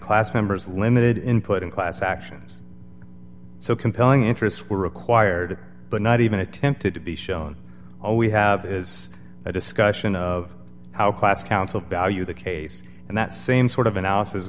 class members limited input in class actions so compelling interests were required but not even attempted to be shown all we have is a discussion of how class council value the case and that same sort of analysis